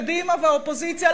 קדימה והאופוזיציה,